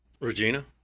Regina